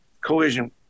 collision